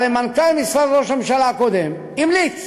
הרי מנכ"ל משרד ראש הממשלה הקודם המליץ